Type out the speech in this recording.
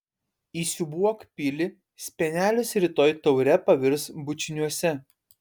įsiūbuok pilį spenelis rytoj taure pavirs bučiniuose